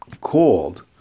called